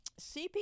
CP